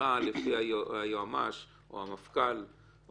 החקירה לפי היועמ"ש או המפכ"ל הוא